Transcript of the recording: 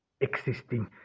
existing